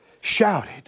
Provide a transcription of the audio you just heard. shouted